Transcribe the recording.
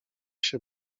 się